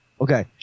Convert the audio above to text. Okay